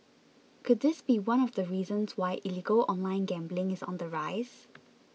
could this be one of the reasons why illegal online gambling is on the rise